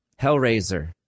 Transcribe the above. Hellraiser